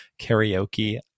karaoke